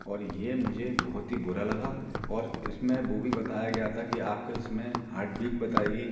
और ये मुझे बहुत ही बुरा लगा और इस में वो भी बताया गया था कि आप के इस में हार्टबिक बताएगी